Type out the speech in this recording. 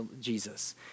Jesus